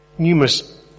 Numerous